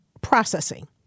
processing